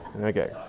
Okay